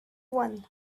one